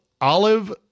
Olive